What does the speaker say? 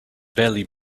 barely